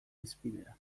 hizpidera